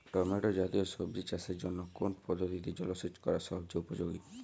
Tomato জাতীয় সবজি চাষের জন্য কোন পদ্ধতিতে জলসেচ করা সবচেয়ে উপযোগী?